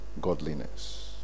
godliness